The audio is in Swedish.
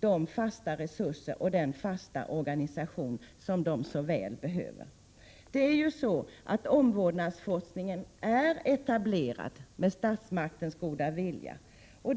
de fasta resurser och den fasta organisation som de så väl behöver. Omvårdnadsforskningen är ju etablerad med statsmaktens goda vilja.